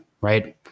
right